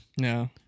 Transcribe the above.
No